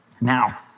Now